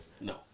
No